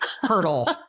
hurdle